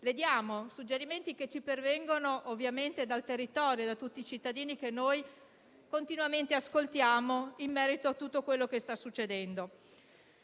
nostra; suggerimenti che ci pervengono ovviamente dal territorio, da tutti i cittadini che continuamente ascoltiamo in merito a tutto quello che sta succedendo.